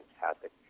fantastic